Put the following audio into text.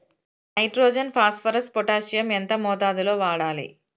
Nitrogen phosphorus potassium ఎంత మోతాదు లో వాడాలి?